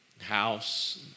house